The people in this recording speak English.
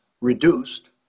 reduced